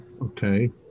Okay